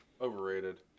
Overrated